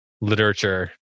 literature